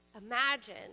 Imagine